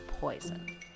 Poison